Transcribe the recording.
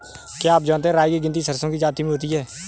क्या आप जानते है राई की गिनती सरसों की जाति में होती है?